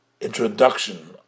introduction